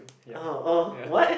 ah oh what